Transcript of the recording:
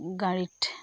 গাড়ীত